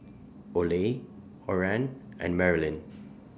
Oley Oran and Marilynn